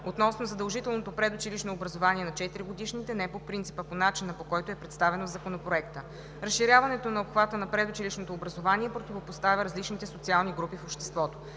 Относно задължителното предучилищно образование на 4-годишните, не по принцип, а по начина, по който е представено в Законопроекта. Разширяването на обхвата на предучилищното образование противопоставя различните социални групи в обществото.